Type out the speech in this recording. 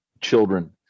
children